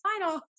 final